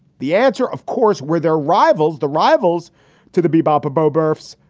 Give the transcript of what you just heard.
the answer, of course, were their rivals, the rivals to the bee bop abbo berths,